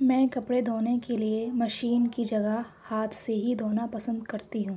میں کپڑے دھونے کے لیے مشین کی جگہ ہاتھ سے ہی دھونا پسند کرتی ہوں